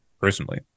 personally